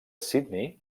sydney